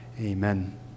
Amen